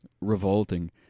revolting